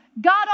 God